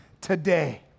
today